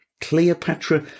Cleopatra